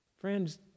Friends